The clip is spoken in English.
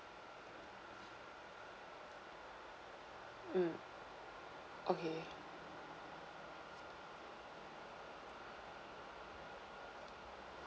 mm okay